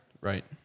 Right